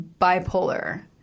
bipolar